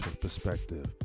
perspective